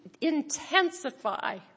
intensify